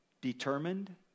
determined